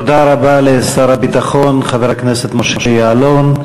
תודה רבה לשר הביטחון חבר הכנסת משה יעלון.